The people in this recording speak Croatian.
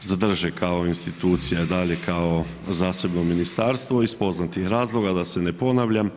zadrže kao institucija i dalje kao zasebno ministarstvo iz poznatih razloga da se ne ponavljam.